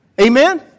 Amen